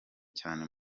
cyane